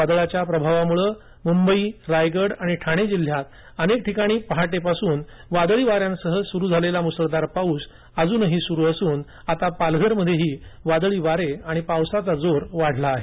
वादळाच्या प्रभावामुळे मुंबई रायगड आणि ठाणे जिल्ह्यात अनेक ठिकाणी पहाटेपासून वादळी वाऱ्यांसह सुरू झालेला मुसळधार पाऊस अजूनही सुरू असून आता पालघर मध्येही वादळी वारे आणि पावसाचा जोर वाढला आहे